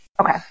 Okay